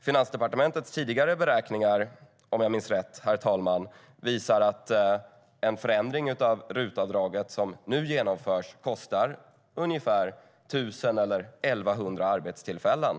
Finansdepartementets tidigare beräkningar visar om jag minns rätt, herr talman, att en förändring av RUT-avdraget som genomförs nu kostar ungefär 1 000 eller 1 100 arbetstillfällen.